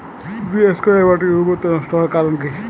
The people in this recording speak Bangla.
তুতে চাষ করাই মাটির উর্বরতা নষ্ট হওয়ার কারণ কি?